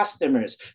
customers